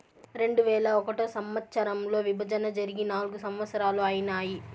రెండువేల ఒకటో సంవచ్చరంలో విభజన జరిగి నాల్గు సంవత్సరాలు ఐనాయి